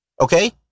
Okay